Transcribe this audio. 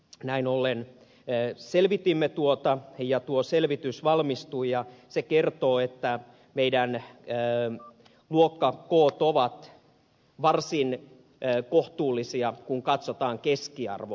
näin ollen selvitimme tuota ja tuo selvitys valmistui ja se kertoo että meidän luokkakokomme ovat varsin kohtuullisia kun katsotaan keskiarvoa